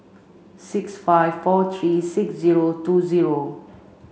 six five four three six zero two zero